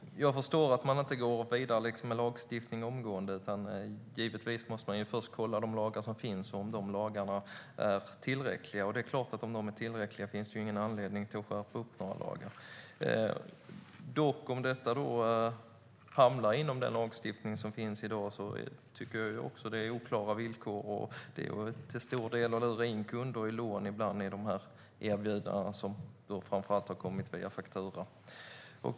Herr talman! Jag förstår att man inte går vidare med lagstiftning omgående. Givetvis måste man först kolla om de lagar som finns är tillräckliga. Om de är det finns det självklart ingen anledning att skärpa dem. Men om detta ryms inom den lagstiftning som finns i dag tycker jag att det är oklara villkor. Till stor del handlar det om att lura in kunder i lån genom de erbjudanden som framför allt kommit via fakturor.